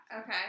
Okay